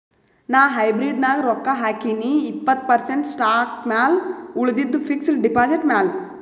ನಾ ಹೈಬ್ರಿಡ್ ನಾಗ್ ರೊಕ್ಕಾ ಹಾಕಿನೀ ಇಪ್ಪತ್ತ್ ಪರ್ಸೆಂಟ್ ಸ್ಟಾಕ್ ಮ್ಯಾಲ ಉಳಿದಿದ್ದು ಫಿಕ್ಸಡ್ ಡೆಪಾಸಿಟ್ ಮ್ಯಾಲ